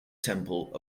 temple